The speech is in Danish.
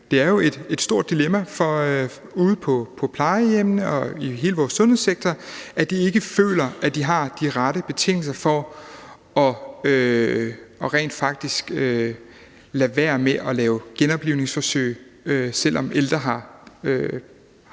Det er jo et stort dilemma ude på plejehjemmene og i hele vores sundhedssektor, at de ikke føler, at de har de rette betingelser for rent faktisk at lade være med at lave genoplivningsforsøg, selv om ældre har